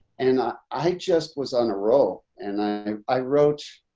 and i i just was on a roll. and i i wrote,